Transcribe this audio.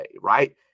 right